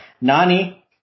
Nani